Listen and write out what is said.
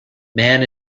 man